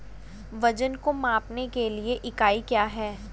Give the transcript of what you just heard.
वजन को मापने के लिए इकाई क्या है?